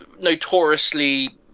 notoriously